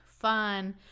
Fun